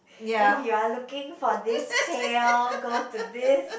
if you're looking for this pail go to this